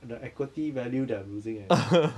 the equity value their losing eh